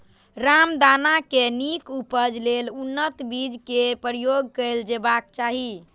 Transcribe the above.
रामदाना के नीक उपज लेल उन्नत बीज केर प्रयोग कैल जेबाक चाही